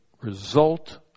result